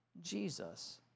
Jesus